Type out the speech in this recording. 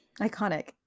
iconic